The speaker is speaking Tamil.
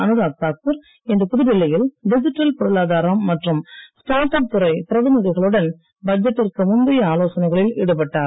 அனுராக் தாக்கூர் இன்று புதுடில்லியில் டிஜிட்டல் பொருளாதாரம் மற்றும் ஸ்டார்ட் அப் துறைப் பிரதிநிதிகளுடன் பட்ஜெட்டிற்கு முந்தைய ஈடுபட்டார்